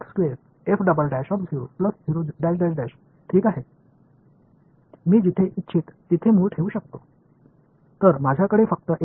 எனவே இப்போது f க்கான ஒரு வகையான பகுப்பாய்வு வடிவம் என்னிடம் உள்ளது இது தோராயமாகும்